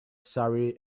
surrey